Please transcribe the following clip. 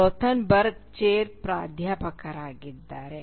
Rothenberg chair ಪ್ರಾಧ್ಯಾಪಕರಾಗಿದ್ದಾರೆ